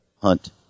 hunt